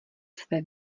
své